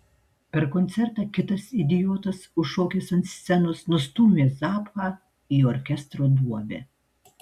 per koncertą kitas idiotas užšokęs ant scenos nustūmė zappą į orkestro duobę